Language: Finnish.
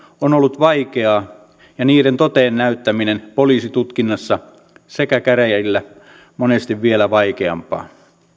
on ollut vaikeaa ja niiden toteen näyttäminen poliisitutkinnassa sekä käräjillä monesti vielä vaikeampaa